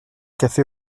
café